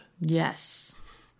Yes